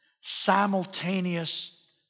simultaneous